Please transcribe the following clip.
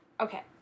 Okay